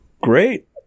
Great